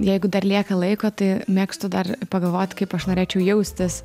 jeigu dar lieka laiko tai mėgstu dar pagalvot kaip aš norėčiau jaustis